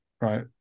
right